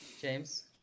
James